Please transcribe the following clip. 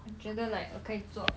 我觉得 like 我可以做